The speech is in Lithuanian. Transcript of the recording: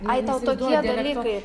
ai tau tokie dalykai